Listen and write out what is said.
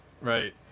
Right